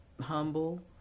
Humble